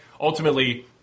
ultimately